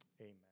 amen